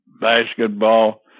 basketball